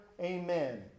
Amen